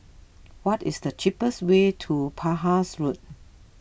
what is the cheapest way to Penhas Road